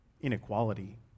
inequality